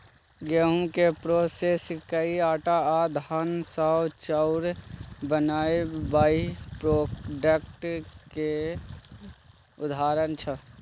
गहुँम केँ प्रोसेस कए आँटा आ धान सँ चाउर बनाएब बाइप्रोडक्ट केर उदाहरण छै